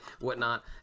whatnot